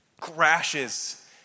crashes